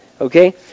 Okay